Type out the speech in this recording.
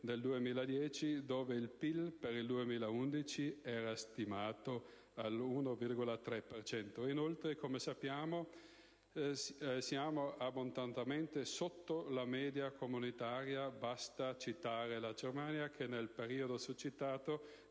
2010, dove il PIL per il 2011 era stimato l'1,3 per cento. Inoltre, come sappiamo, siamo abbondantemente sotto la media comunitaria. Basta citare la Germania che nel periodo succitato